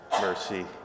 mercy